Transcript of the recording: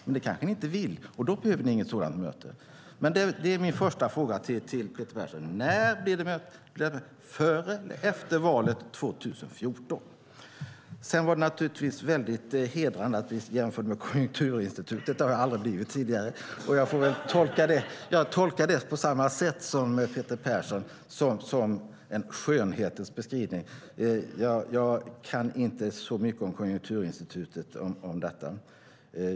Men det kanske ni inte vill, och då behöver ni inte något sådant möte. Det är min första fråga till Peter Persson: När blir det möte, före eller efter valet 2014? Det var naturligtvis väldigt hedrande att bli jämförd med Konjunkturinstitutet. Det har jag aldrig blivit tidigare. Jag tolkar det, på samma sätt som Peter Persson, som en skönhetens beskrivning. Jag kan inte så mycket om Konjunkturinstitutet.